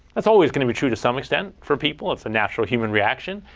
that's always going to be true to some extent for people. it's a natural human reaction.